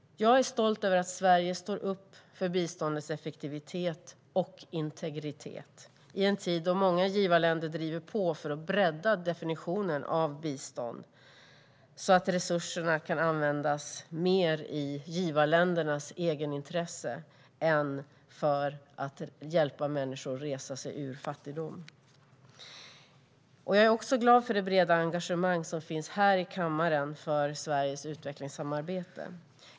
Jag är stolt över att Sverige står upp för biståndets effektivitet och integritet i en tid då många givarländer driver på för att bredda definitionen av bistånd så att resurserna kan användas mer i givarländernas egenintresse än för att hjälpa människor att resa sig ur fattigdom. Jag är också glad för det breda engagemang som finns i kammaren för Sveriges utvecklingssamarbete.